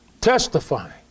Testifying